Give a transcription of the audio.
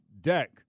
deck